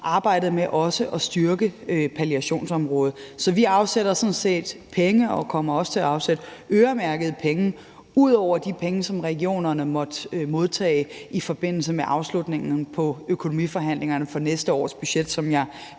arbejdet med at styrke palliationsområdet. Så vi afsætter sådan set penge og kommer også til at afsætte øremærkede penge ud over de penge, som regionerne måtte modtage i forbindelse med afslutningen på økonomiforhandlingerne for næste års budget, som jeg